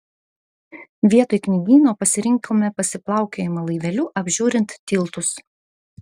vietoj knygyno pasirinkome pasiplaukiojimą laiveliu apžiūrint tiltus